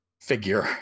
figure